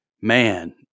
man